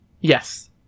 Yes